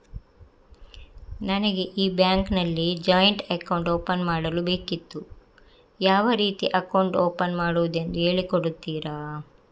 ನನಗೆ ಈ ಬ್ಯಾಂಕ್ ಅಲ್ಲಿ ಜಾಯಿಂಟ್ ಅಕೌಂಟ್ ಓಪನ್ ಮಾಡಲು ಬೇಕಿತ್ತು, ಯಾವ ರೀತಿ ಅಕೌಂಟ್ ಓಪನ್ ಮಾಡುದೆಂದು ಹೇಳಿ ಕೊಡುತ್ತೀರಾ?